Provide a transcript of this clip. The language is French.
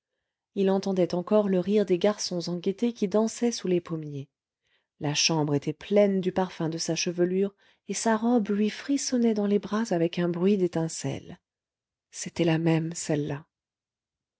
il entendait encore le rire des garçons en gaieté qui dansaient sous les pommiers la chambre était pleine du parfum de sa chevelure et sa robe lui frissonnait dans les bras avec un bruit d'étincelles c'était la même celle-là